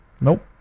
nope